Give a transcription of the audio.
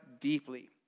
deeply